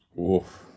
Oof